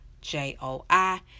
J-O-I